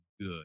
good